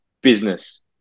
business